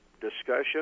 discussion